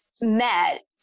met